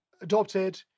adopted